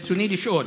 ברצוני לשאול: